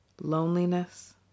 loneliness